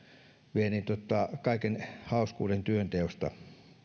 vie kaiken hauskuuden työnteosta